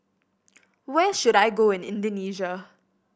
where should I go in Indonesia